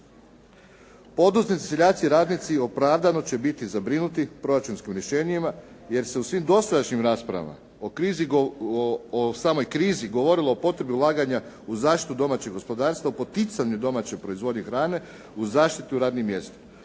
Poduzetnici, seljaci, radnici opravdano će biti zabrinuti proračunskim rješenjima jer se u svim dosadašnjim raspravama o samoj krizi govorilo o potrebi ulaganja u zaštitu domaćeg gospodarstva, poticanju domaće proizvodnje hrane uz zaštitu radnih mjesta.